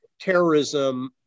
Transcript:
terrorism